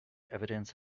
evidence